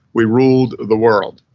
we ruled the world.